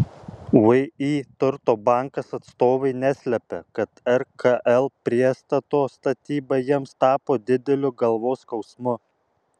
vį turto bankas atstovai neslepia kad rkl priestato statyba jiems tapo dideliu galvos skausmu